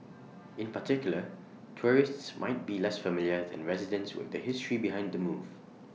in particular tourists might be less familiar than residents with the history behind the move